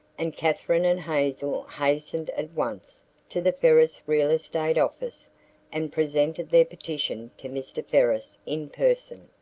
and katherine and hazel hastened at once to the ferris real estate office and presented their petition to mr. ferris in person.